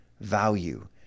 value